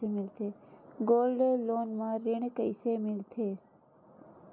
Gold loan म ऋण कइसे मिलथे?